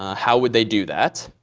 how would they do that.